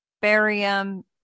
Barium